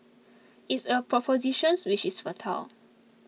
it's a propositions which is fertile